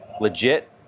legit